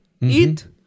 Eat